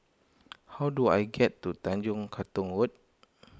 how do I get to Tanjong Katong Road